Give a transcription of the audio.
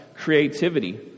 creativity